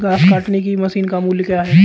घास काटने की मशीन का मूल्य क्या है?